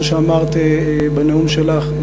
כמו שאמרת בנאום שלך,